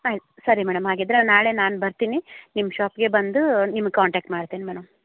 ಆಯ್ತು ಸರಿ ಮೇಡಮ್ ಹಾಗಿದ್ದರೆ ನಾಳೆ ನಾನು ಬರ್ತೀನಿ ನಿಮ್ಮ ಶಾಪ್ಗೆ ಬಂದು ನಿಮ್ಮ ಕಾಂಟ್ಯಾಕ್ಟ್ ಮಾಡ್ತೀನಿ ಮೇಡಮ್